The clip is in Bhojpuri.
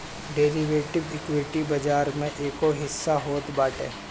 डेरिवेटिव, इक्विटी बाजार के एगो हिस्सा होत बाटे